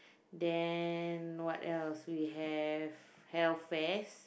then what else we have Hell-Fest